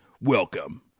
welcome